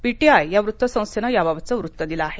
PTI या वृत्तसंस्थेनं याबाबतचं वृत्त दिलं आहे